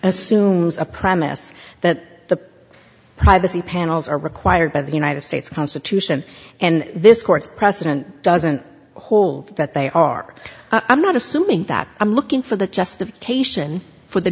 assumes a premise that the privacy panels are required by the united states constitution and this court's precedent doesn't hold that they are i'm not assuming that i'm looking for the justification for the